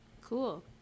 Cool